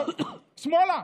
שמאלה.